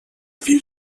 few